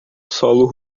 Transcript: solo